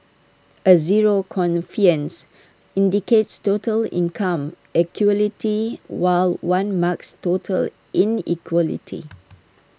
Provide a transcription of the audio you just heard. A zero indicates total income equality while one marks total inequality